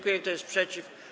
Kto jest przeciw?